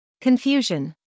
confusion